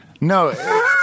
No